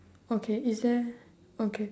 okay is there okay